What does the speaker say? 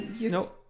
No